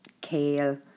kale